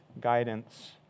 guidance